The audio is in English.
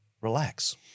relax